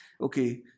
Okay